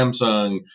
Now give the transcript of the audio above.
Samsung